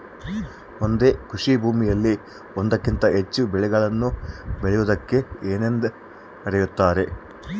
ಒಂದೇ ಕೃಷಿಭೂಮಿಯಲ್ಲಿ ಒಂದಕ್ಕಿಂತ ಹೆಚ್ಚು ಬೆಳೆಗಳನ್ನು ಬೆಳೆಯುವುದಕ್ಕೆ ಏನೆಂದು ಕರೆಯುತ್ತಾರೆ?